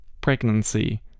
pregnancy